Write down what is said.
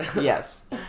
Yes